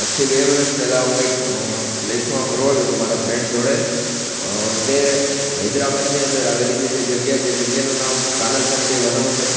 આજથી બે વર્ષ પહેલાં હું એક પ્લેસમાં ફરવા ગયો હતો મારા ફ્રેન્ડ જોડે તે હૈદરાબાદની અંદર આવેલી છે તે જગ્યા તે જગ્યાનું નામ કાન્હા શાંતિ વનમ છે